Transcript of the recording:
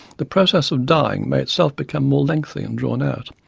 the process of dying may itself become more lengthy and drawn out.